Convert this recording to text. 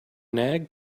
nag